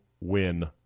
win